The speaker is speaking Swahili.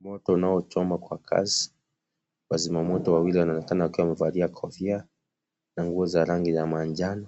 Moto unaochoma kwa kasi, wazima moto wawili wanaonekana wakiwa wamevalia kofia na nguo za rangi ya manjano